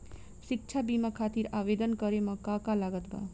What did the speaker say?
शिक्षा बीमा खातिर आवेदन करे म का का लागत बा?